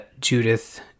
Judith